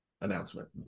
announcement